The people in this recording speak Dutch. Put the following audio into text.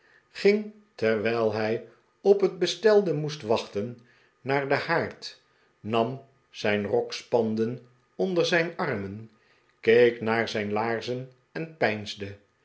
ging terwijl hij op net bestelde moest wachten naar den haard nam zijn rokspanden onder zijn armen keek naar zijn iaarzen en peinsde